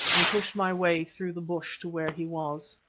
i pushed my way through the bush to where he was.